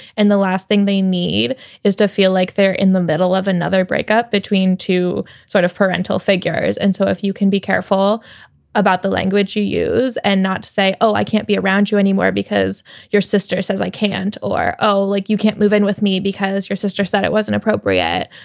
and the last thing they need is to feel like they're in the middle of another breakup between two sort of parental figures. and so if you can be careful about the language you use and not say, oh, i can't be around you anymore because your sister says i can't or. oh, like you can't move in with me because your sister said it wasn't appropriate.